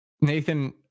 Nathan